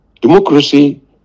Democracy